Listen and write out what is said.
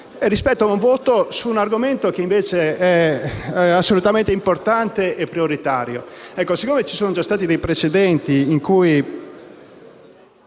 rispetto a un voto su un argomento che invece è assolutamente importante e prioritario.